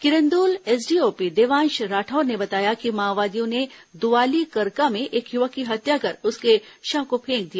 Kirandul SDOP Devansh Rathore ने बताया कि माओवादियों ने दुवालीकरका में एक युवक की हत्या कर उसके शव को फेंक दिया